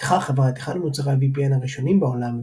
פיתחה החברה את אחד ממוצרי ה-VPN הראשונים בעולם,